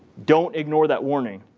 don't ignore that warning.